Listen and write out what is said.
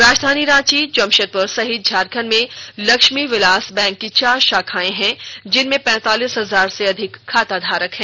राजधानी रांची जमशेदपुर सहित झारखंड में लक्ष्मी विलास बैंक की चार शाखाएं हैं जिनमें पैंतालीस हजार से अधिक खाताधारक हैं